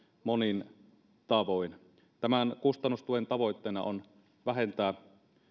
monin tavoin tämän kustannustuen tavoitteena on vähentää